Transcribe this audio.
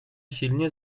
silnie